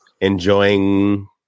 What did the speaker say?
enjoying